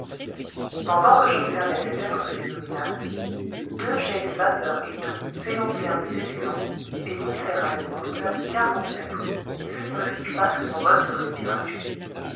pendant que j'observais cet être phénoménal deux jets de vapeur et d'eau s'élancèrent de ses évents et montèrent à une hauteur de quarante mètres ce qui me fixa sur son mode de respiration